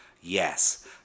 yes